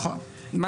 מה?